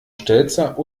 stelzer